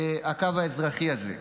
עם הקו האזרחי הזה.